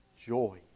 joy